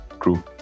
true